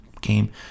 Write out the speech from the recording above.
game